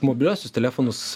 mobiliuosius telefonus